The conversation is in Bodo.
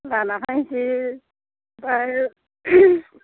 लाना हायनोसै फाय